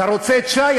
אתה רוצה את שי?